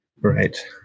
Right